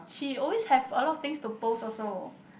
she always have a lot of things to post also